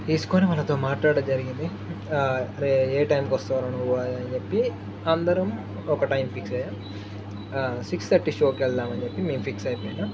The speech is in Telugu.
తీసుకొని వాళ్ళతో మాట్లాడం జరిగింది రే ఏ టైంకి వస్తార ను అని చెప్పి అందరం ఒక టైం ఫిక్స్ అయ్యా సిక్స్ థర్టీ షోకి వెెళ్దాం అని చెప్పి మేము ఫిక్స్ అయిపోయినా